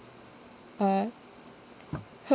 uh her